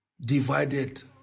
Divided